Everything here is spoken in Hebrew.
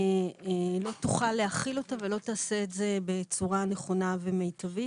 לא תוכל להכיל אותה ולא תעשה את זה בצורה נכונה ומיטבית.